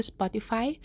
Spotify